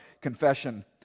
confession